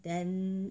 then